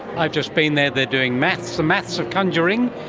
i've just been there, they are doing maths, the maths of conjuring,